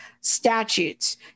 statutes